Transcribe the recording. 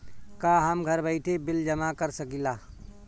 का हम घर बइठे बिल जमा कर शकिला?